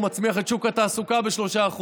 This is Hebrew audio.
הוא מצמיח את שוק התעסוקה ב-3%,